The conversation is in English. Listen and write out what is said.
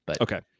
Okay